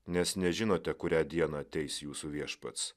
nes nežinote kurią dieną ateis jūsų viešpats